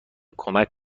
کمک